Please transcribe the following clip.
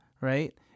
right